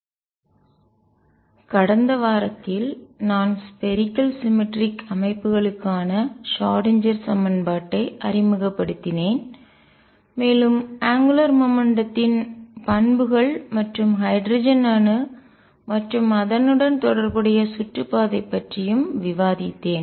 spherical symmetric கோள சமச்சீர் ஆற்றல்களுக்கான வேவ் பங்ஷன்னின் அலை செயல்பாட்டின் ரேடியல் கூறுக்கான நியூமெரிக்கல்எண்ணியல் தீர்வு கடந்த வாரத்தில் நான் ஸ்பேரிக்கல் சிமெட்ரிக் கோள சமச்சீர் அமைப்புகளுக்கான ஷ்ராடின்ஜெர் சமன்பாட்டை அறிமுகப்படுத்தினேன் மேலும் அங்குலார் மொமெண்ட்டம் த்தின் கோண உந்தம் பண்புகள் மற்றும் ஹைட்ரஜன் அணு மற்றும் அதனுடன் தொடர்புடைய சுற்றுப்பாதை பற்றியும் விவாதித்தேன்